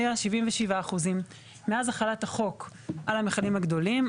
היה 77%. מאז החלת החוק על המכלים הגדולים,